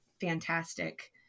Fantastic